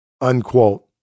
Unquote